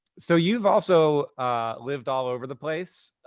so you've also lived all over the place.